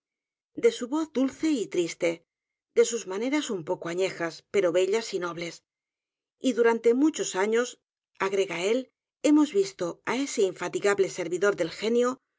de su voz dulce y triste de sus maneras un poco añejas pero bellas y nobles y durante muchos años a g r e g a él hemos visto á ese infatigable servidor del genio